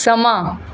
ਸਮਾਂ